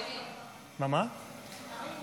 לסטודנטים המשרתים במילואים (הוראת שעה,